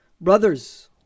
Brothers